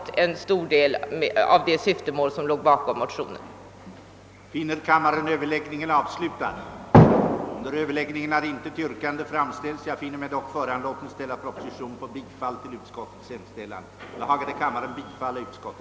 Vid förmögenhetstaxeringen skall återbetalningspliktiga studiemedel enligt förslaget behandlas som skuld och således avdragsrätt föreligga.